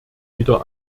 wieder